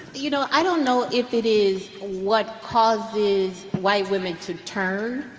you know, i don't know if it is what causes white women to turn.